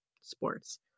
sports